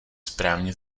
správně